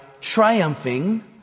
triumphing